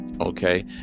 Okay